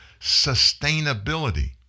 sustainability